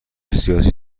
سیاسی